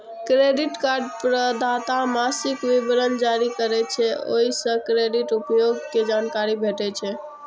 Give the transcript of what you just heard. credit card प्रदाता मासिक विवरण जारी करै छै, ओइ सं क्रेडिट उपयोग के जानकारी भेटै छै